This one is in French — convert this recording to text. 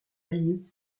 alliée